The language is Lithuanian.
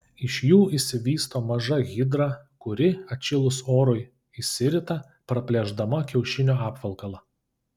iš jų išsivysto maža hidra kuri atšilus orui išsirita praplėšdama kiaušinio apvalkalą